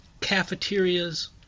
cafeterias